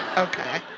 ok.